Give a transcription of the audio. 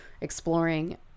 exploring